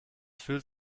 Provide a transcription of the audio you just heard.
fühlt